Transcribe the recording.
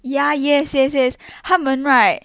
ya yes yes yes 他们 right